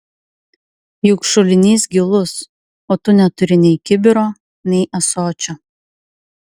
juk šulinys gilus o tu neturi nei kibiro nei ąsočio